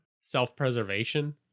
self-preservation